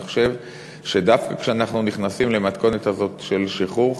אני חושב שדווקא כשאנחנו נכנסים למתכונת הזאת של שחרור,